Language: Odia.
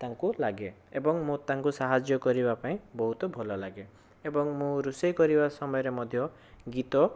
ତାଙ୍କୁ ଲାଗେ ଏବଂ ମୁଁ ତାଙ୍କୁ ସାହାଯ୍ୟ କରିବା ପାଇଁ ବହୁତ ଭଲ ଲାଗେ ଏବଂ ମୁଁ ରୋଷେଇ କରିବା ସମୟରେ ମଧ୍ୟ ଗୀତ